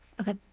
okay